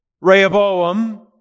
Rehoboam